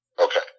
Okay